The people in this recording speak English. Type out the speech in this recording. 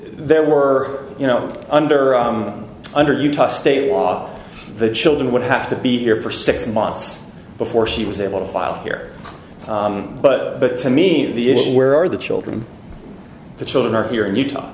there were you know under under utah state law the children would have to be here for six months before she was able to file here but but to mean the issue where are the children the children are here in utah